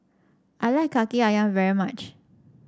I like Kaki ayam very much